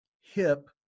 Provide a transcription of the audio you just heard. hip